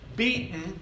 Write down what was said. beaten